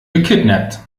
gekidnappt